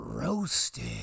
roasted